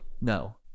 no